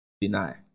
Deny